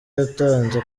yatanze